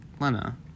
Lena